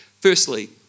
Firstly